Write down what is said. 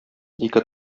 ике